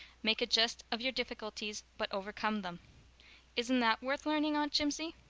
make a jest of your difficulties but overcome them isn't that worth learning, aunt jimsie?